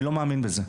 אני לא מאמין בזה,